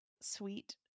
sweet